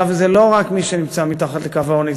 וזה לא רק מי שנמצא מתחת לקו העוני,